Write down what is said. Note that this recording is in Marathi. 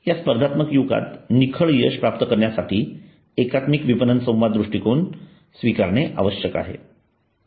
या स्पर्धात्मक युगात निखळ यश प्राप्त करण्यासाठी एकात्मिक विपणन संवाद दृष्टीकोन स्विकारणे आवश्यक आहे